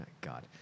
god